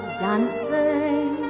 dancing